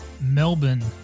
Melbourne